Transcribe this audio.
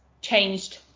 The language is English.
changed